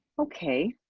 okay,